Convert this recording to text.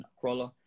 Crawler